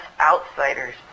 outsiders